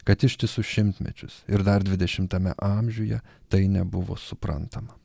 kad ištisus šimtmečius ir dar dvidešimtame amžiuje tai nebuvo suprantama